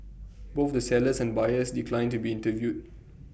both the sellers and buyers declined to be interviewed